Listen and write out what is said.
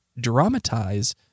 dramatize